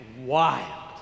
wild